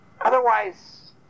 Otherwise